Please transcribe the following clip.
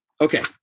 Okay